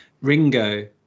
Ringo